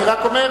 אני רק אומר,